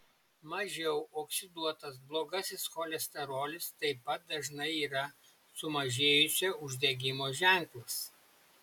mažiau oksiduotas blogasis cholesterolis taip pat dažnai yra sumažėjusio uždegimo ženklas